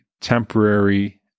temporary